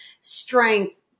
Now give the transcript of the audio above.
strength